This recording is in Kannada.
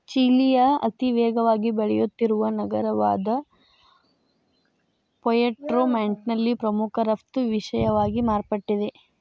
ಚಿಲಿಯ ಅತಿವೇಗವಾಗಿ ಬೆಳೆಯುತ್ತಿರುವ ನಗರವಾದಪುಯೆರ್ಟೊ ಮಾಂಟ್ನಲ್ಲಿ ಪ್ರಮುಖ ರಫ್ತು ವಿಷಯವಾಗಿ ಮಾರ್ಪಟ್ಟಿದೆ